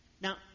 Now